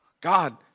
God